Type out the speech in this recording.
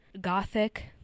gothic